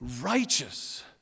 righteous